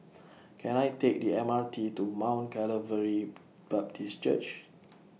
Can I Take The M R T to Mount Calvary Baptist Church